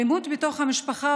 אלימות בתוך המשפחה,